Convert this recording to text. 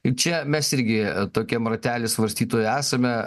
ir čia mes irgi tokiam rately svarstytojų esame